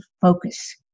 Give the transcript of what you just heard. focus